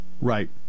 Right